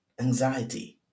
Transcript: anxiety